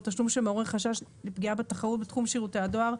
תשלום שמעורר חשש לפגיעה בתחרות בתחום שירותי הדואר,